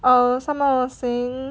err someone was saying